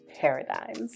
paradigms